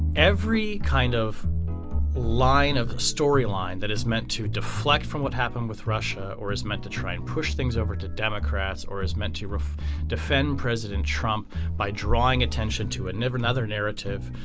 every kind of line of storyline that is meant to deflect from what happened with russia or is meant to try and push things over to democrats or is meant to defend president trump by drawing attention to a never another narrative.